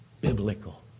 biblical